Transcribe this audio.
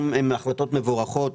שחלקן הן החלטות מבורכות.